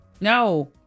no